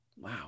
Wow